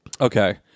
okay